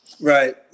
Right